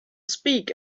speak